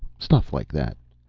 stuff like that.